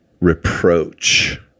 reproach